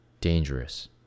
dangerous